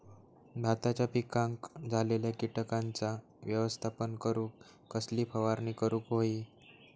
भाताच्या पिकांक झालेल्या किटकांचा व्यवस्थापन करूक कसली फवारणी करूक होई?